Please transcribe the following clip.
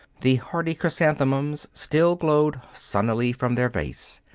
the hardy chrysanthemums still glowed sunnily from their vase.